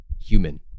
human